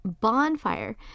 Bonfire